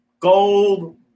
gold